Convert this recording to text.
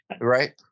Right